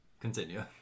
Continue